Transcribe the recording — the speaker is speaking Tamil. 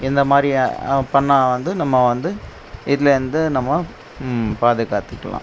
இந்தமாதிரி பண்ணால் வந்து நம்ம வந்து வீட்டில் வந்து நம்ம பாதுகாத்துக்கலாம்